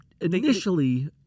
initially